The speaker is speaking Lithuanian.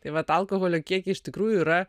taip vat alkoholio kiekiai iš tikrųjų yra